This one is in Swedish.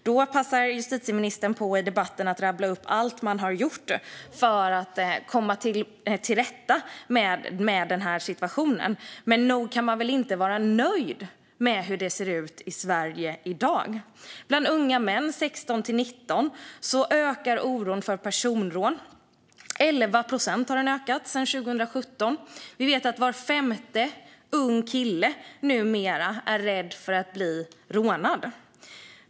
Då passar justitieministern på att i debatten rabbla upp allt man har gjort för att komma till rätta med situationen. Men inte kan man väl vara nöjd med hur det ser ut i Sverige i dag? Bland unga män i åldern 16-19 ökar oron för personrån. Sedan 2017 har den ökat med 11 procent. Vi vet att var femte ung kille numera är rädd att bli rånad.